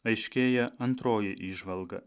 aiškėja antroji įžvalga